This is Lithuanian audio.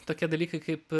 tokie dalykai kaip